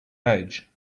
age